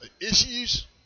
issues